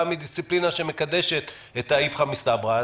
מדיסציפלינה שמקדשת את ההיפכא מסתברא.